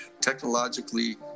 technologically